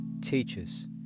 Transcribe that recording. teachers